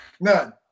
None